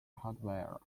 hardware